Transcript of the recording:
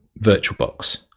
VirtualBox